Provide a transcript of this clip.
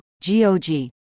G-O-G